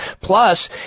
Plus